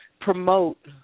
promote